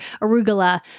arugula